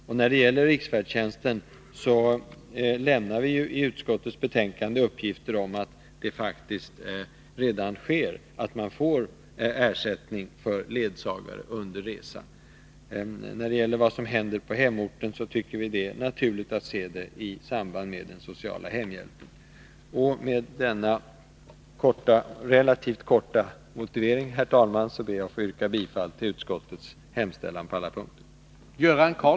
Vad beträffar riksfärdtjänsten lämnar vi i utskottsbetänkandet uppgifter om att det faktiskt redan förekommer att man får ersättning för ledsagare under resa. Det som händer på hemorten tycker vi är naturligt att se i samband med den sociala hemhjälpen. Med denna relativt korta motivering, herr talman, ber jag att få yrka bifall till utskottets hemställan på alla punkter.